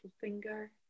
finger